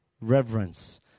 reverence